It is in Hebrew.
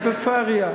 פריפריה.